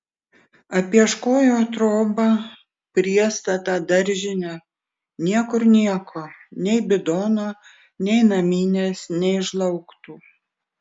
apieškojo trobą priestatą daržinę niekur nieko nei bidono nei naminės nei žlaugtų